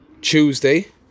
Tuesday